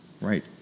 right